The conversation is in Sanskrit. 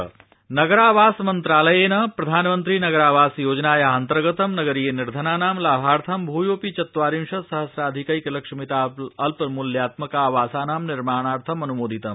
ग़हाणि नगरावासमन्त्रालयर्व प्रधानमन्त्री नगरावास योजनाया अन्तर्गतं नगरीय निर्धनानां लाभार्थं भ्योऽपि चत्वारिंशत् सहम्राधिकैकलक्षमिताल्पमूल्यात्मका वासाना निर्माणार्थम् अन्मोदितम्